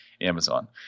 Amazon